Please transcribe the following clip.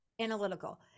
Analytical